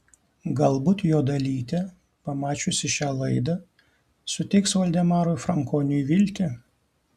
galbūt jo dalytė pamačiusi šią laidą suteiks valdemarui frankoniui viltį